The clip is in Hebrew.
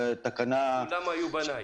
--- כולם היו בניי.